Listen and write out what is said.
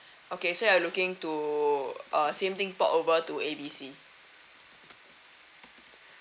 okay so you're looking to uh same thing port over to A B C